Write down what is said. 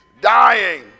dying